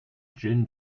gin